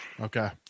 Okay